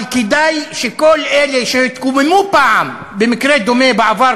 אבל כדאי שכל אלה שהתקוממו פעם במקרה דומה בעבר,